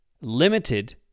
Limited